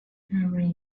every